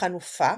וחנופה